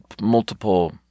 multiple